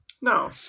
no